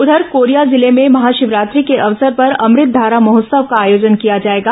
उधर कोरिया जिले में महाशिवरात्रि के अवसर पर अमृतधारा महोत्सव का आयोजन किया जाएगा